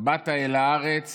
באת אל הארץ